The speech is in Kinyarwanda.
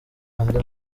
andi